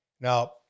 Now